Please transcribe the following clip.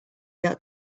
that